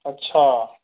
अच्छा